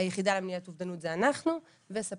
היחידה למניעת אובדנות זה אנחנו וספק